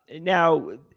now